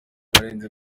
barenze